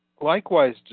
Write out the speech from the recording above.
likewise